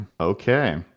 Okay